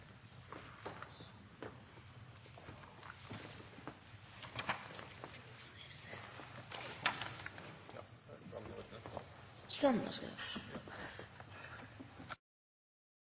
ja,